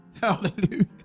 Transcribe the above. hallelujah